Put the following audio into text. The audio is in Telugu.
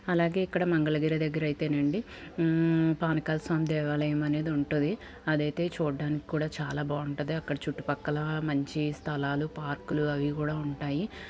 అలాగే ఇక్కడ మంగళగిరి దగ్గర అయితే నండి పానకాలస్వామి దేవాలయం అనేది ఉంటుంది అదైతే చూడటానికి కూడా చాలా బాగుంటాది అక్కడ చుట్టుపక్కల మంచి స్థలాలు పార్కులు అవి కూడా ఉంటాయి